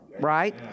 right